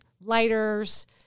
lighters